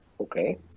Okay